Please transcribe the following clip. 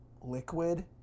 liquid